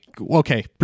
Okay